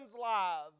lives